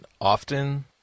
often